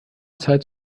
zeit